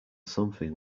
something